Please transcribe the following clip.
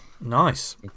nice